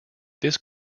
this